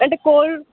అంటే కోల్డ్